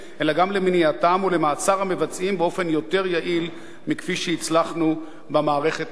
למניעתם ולמעצר המבצעים באופן יותר יעיל מכפי שהצלחנו במערכת עד כה".